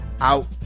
out